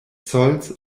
zolls